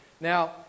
Now